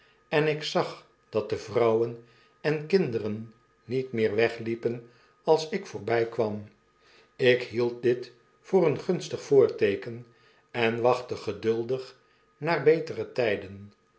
en ik zag dat de vrouwen en kinderen niet meer wegliepen als ik voorbykwam ik hield dit voor een gunstig voorteeken en wachtte geduldig naar betere tyden